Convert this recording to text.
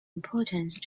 importance